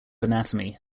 anatomy